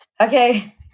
Okay